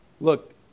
Look